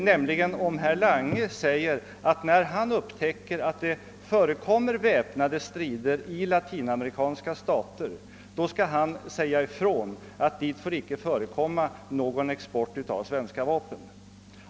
Herr Lange säger nämligen att han när han upptäcker att det förekommer väpnade strider i latinamerikanska stater skall säga ifrån, att det dit inte får förekomma någon export av svenska vapen.